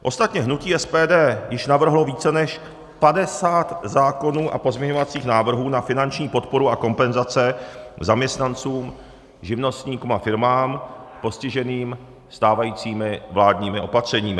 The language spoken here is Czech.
Ostatně hnutí SPD již navrhlo více než padesát zákonů a pozměňovacích návrhů na finanční podporu a kompenzace zaměstnancům, živnostníkům a firmám postiženým stávajícími vládními opatřeními.